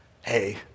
hey